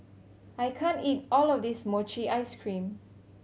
I can't eat all of this mochi ice cream